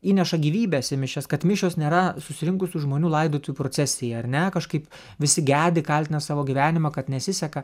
įneša gyvybės į mišias kad mišios nėra susirinkusių žmonių laidotuvių procesija ar ne kažkaip visi gedi kaltina savo gyvenimą kad nesiseka